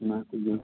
ᱚᱱᱟ ᱠᱚᱜᱮ